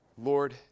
Lord